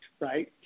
right